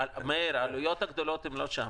מאיר, העלויות הגדולות הן לא שם.